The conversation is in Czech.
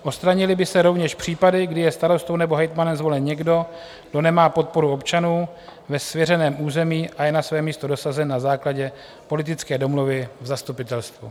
Odstranily by se rovněž případy, kdy je starostou nebo hejtmanem zvolen někdo, kdo nemá podporu občanů ve svěřeném území a je na své místo dosazen na základě politické domluvy v zastupitelstvu.